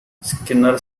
skinner